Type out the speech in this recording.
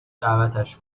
دعوتش